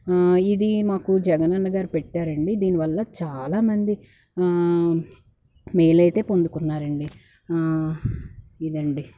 ఇది మాకు జగనన్న గారు పెట్టారండి దీని వల్ల చాలా మంది మేలైతే పొందుతున్నారండి ఇదండీ